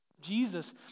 Jesus